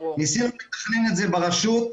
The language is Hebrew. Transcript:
ניסינו לתכנן את זה ברשות.